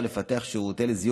לפתח שירותים לזיהוי,